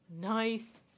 Nice